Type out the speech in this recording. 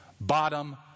Bottom